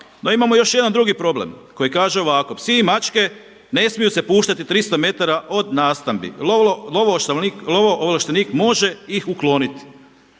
no imamo još jedan drugi problem koji kaže ovako, psi i mačke ne smiju se puštati 300m od nastambi, lovo-ovlaštenik može ih ukloniti.